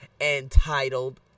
entitled